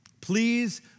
Please